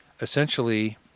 essentially